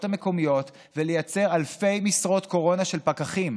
המקומיות ולייצר אלפי משרות קורונה של פקחים?